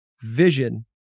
vision